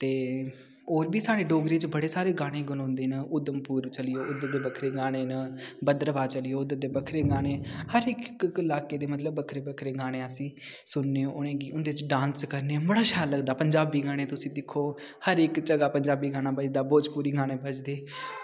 ते होर बी साढ़े डोगरी च बड़े गाने गनोंदे न उधमपुर बक्खी चली जाओ उद्धर दे बड़े गाने न भद्रवाह चली जाओ उद्धर दे बक्खरे गाने न हर इक इक लाके दे मतलब बक्खरे बक्खरे गाने इसी सुनने उ'नेंगी उं'दे च डांस करने बड़ा शैल लगदा पंजाबी गाने तुसी दिक्खो हर इक जगह पंजाबी गाना बजदा भोजपुरी गाने बजदे